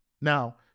now